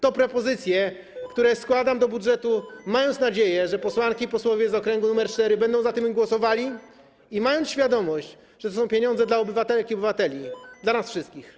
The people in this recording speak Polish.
To propozycje, które składam do budżetu, mając nadzieję, że posłanki i posłowie z okręgu nr 4 będą za nimi głosowali, że mają świadomość, że to są pieniądze dla obywatelek i obywateli, dla nas wszystkich.